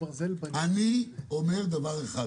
אני אומר דבר אחד.